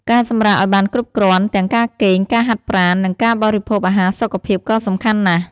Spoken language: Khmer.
ការសម្រាកឱ្យបានគ្រប់គ្រាន់ ទាំងការគេង ការហាត់ប្រាណ និងការបរិភោគអាហារសុខភាពក៏សំខាន់ណាស់។